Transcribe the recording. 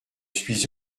suis